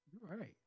right